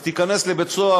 אז תיכנס לבית-סוהר,